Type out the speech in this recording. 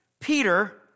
Peter